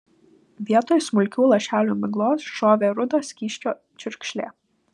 vietoj smulkių lašelių miglos šovė rudo skysčio čiurkšlė